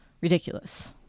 ridiculous